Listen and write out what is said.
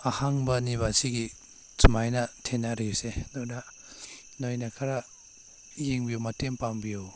ꯑꯍꯥꯟꯕꯅꯦꯕ ꯑꯁꯤꯒꯤ ꯁꯨꯃꯥꯏꯅ ꯊꯦꯡꯅꯔꯤꯕꯁꯦ ꯑꯗꯨꯅ ꯅꯣꯏꯅ ꯈꯔ ꯌꯦꯡꯕꯤꯌꯨ ꯃꯇꯦꯡ ꯄꯥꯡꯕꯤꯌꯨ